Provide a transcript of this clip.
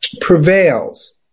prevails